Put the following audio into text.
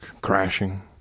crashing